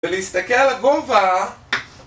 ולהסתכל על הגובה!